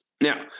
now